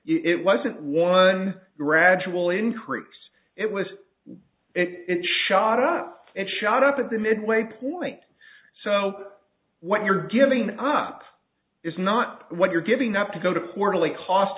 it wasn't one gradual increase it was it shot up and shot up at the midway point so what you're giving up is not what you're giving up to go to